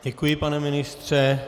Děkuji, pane ministře.